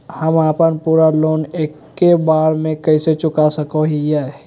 हम अपन पूरा लोन एके बार में कैसे चुका सकई हियई?